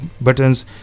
buttons